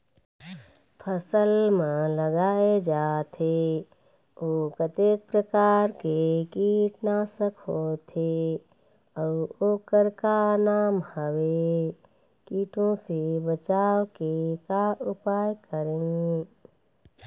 फसल म लगाए जाथे ओ कतेक प्रकार के कीट नासक होथे अउ ओकर का नाम हवे? कीटों से बचाव के का उपाय करें?